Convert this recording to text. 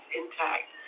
intact